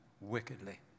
wickedly